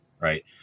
Right